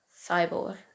Cyborg